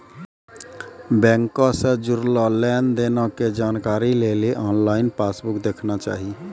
बैंको से जुड़लो लेन देनो के जानकारी लेली आनलाइन पासबुक देखना चाही